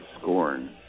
scorn